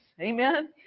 Amen